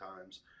times